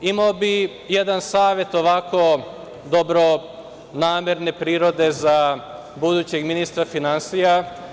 Imao bih jedan savet, onako dobronamerne prirode, za budućeg ministra finansija.